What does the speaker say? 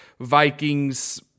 Vikings